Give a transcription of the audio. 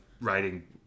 writing